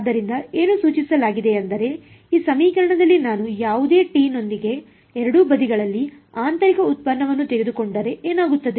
ಆದ್ದರಿಂದ ಏನು ಸೂಚಿಸಲಾಗಿದೆಯೆಂದರೆಈ ಸಮೀಕರಣದಲ್ಲಿ ನಾನು ಯಾವುದೇ t ನೊಂದಿಗೆ ಎರಡೂ ಬದಿಗಳಲ್ಲಿ ಆಂತರಿಕ ಉತ್ಪನ್ನವನ್ನು ತೆಗೆದುಕೊಂಡರೆ ಏನಾಗುತ್ತದೆ